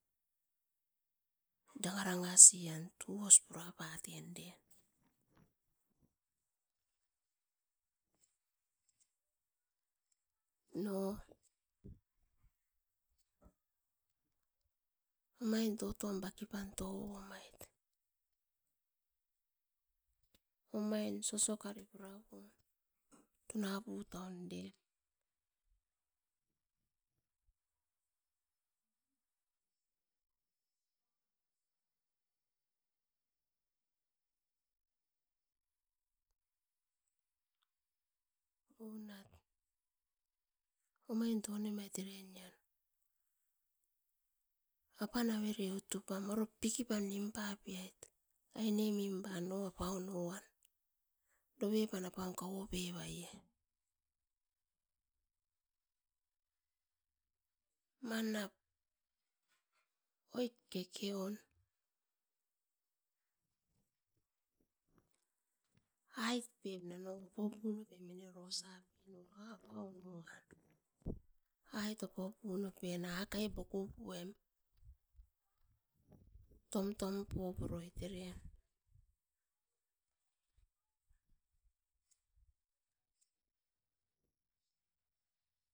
Dangarangasian tuos purapamit den no, omain totom bakipam touomait omaint soso karen pum tunaputaum eren. Unat omain tonemait eren apan avere utupam oro bikipam nimpapiait ainemimpa no apaun no noan dovepan apan kauopevaie manap oit kekeon aip pep mine orosape apaun no aito tokopuopem akai tokopuoepem tomtom puraoit erem